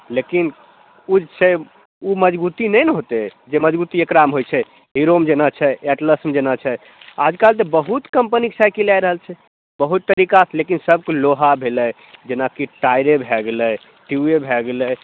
लेकिन ओ जे छै ओ मजबूती नहि ने होतै जे मजबूती एकरामे होइ छै हीरोमे जेना छै एटलसमे जेना छै आजकल तऽ बहुत कंपनीके साइकिल आबि रहल छै बहुत तरीका से लेकिन सबके लोहा भेलै जेनाकि टायरे भए गेलै ट्यूबे भए गेलै